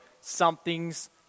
something's